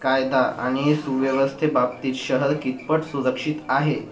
कायदा आणि सुव्यवस्थेबाबतीत शहर कितपत सुरक्षित आहे